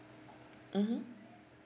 mmhmm